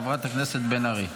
חברת הכנסת בן ארי,